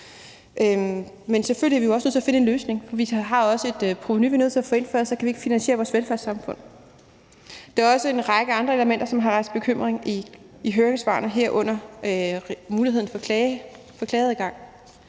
Men selvfølgelig er vi også nødt til at finde en løsning. Og vi har også et provenu, vi er nødt til at få ind, for ellers kan vi ikke finansiere vores velfærdssamfund. Der er også en række andre elementer, som der er rejst bekymring over i høringssvarene, herunder muligheden for klageadgang.